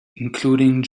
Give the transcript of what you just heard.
including